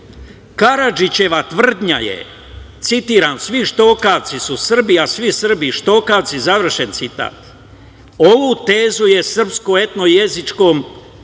Karadžićeva tvrdnja je, citiram: „Svi Štokavci su Srbi, a svi Srbi Štokavci“. Završen citat. Ovu tezu o srpsko etno jezičkom identitetu